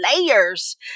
layers